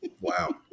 Wow